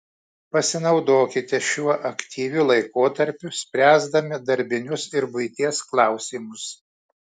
pasinaudokite šiuo aktyviu laikotarpiu spręsdami darbinius ir buities klausimus